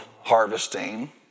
harvesting